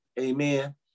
Amen